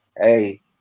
hey